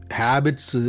habits